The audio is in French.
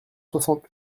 soixante